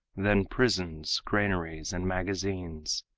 then prisons, granaries and magazines,